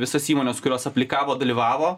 visas įmones kurios aplikavo dalyvavo